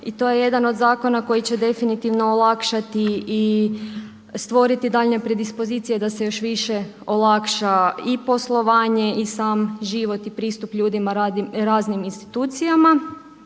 i to je jedan od zakona koji će definitivno olakšati i stvoriti daljnje predispozicije da se još više olakša i poslovanje i sam život i pristup ljudima raznim institucijama.